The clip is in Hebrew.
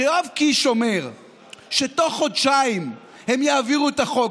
כשיואב קיש אומר שתוך חודשיים הם יעבירו את החוק,